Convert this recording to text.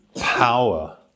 power